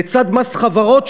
לצד מס חברות,